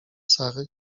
sary